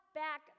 back